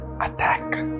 attack